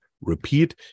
repeat